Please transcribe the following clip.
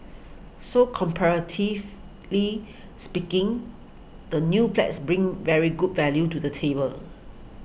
so comparatively speaking the new flats bring very good value to the table